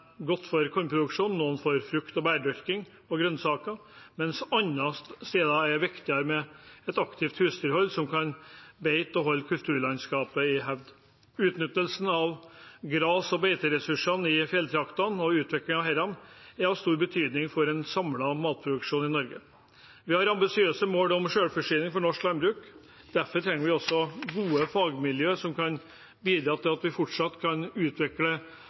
godt for kornproduksjon, noen for frukt- og bærdyrking og grønnsaker, mens det andre steder er viktigere med et aktivt husdyrhold, med husdyr som kan beite og holde kulturlandskapet i hevd. Utnyttelsen av gras- og beiteressursene i fjelltraktene og utviklingen av disse er av stor betydning for en samlet matproduksjon i Norge. Vi har ambisiøse mål for selvforsyning i norsk landbruk, derfor trenger vi gode fagmiljøer som kan bidra til at vi fortsatt kan utvikle